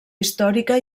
històrica